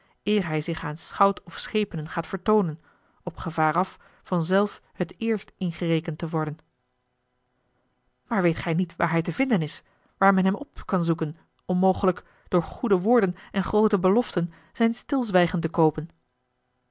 eer hij zich aan schout of schepenen gaat vertoonen op gevaar af van zelf het eerst ingerekend te worden maar weet gij niet waar hij te vinden is waar men hem op kan zoeken om mogelijk door goede woorden en groote beloften zijn stilzwijgen te koopen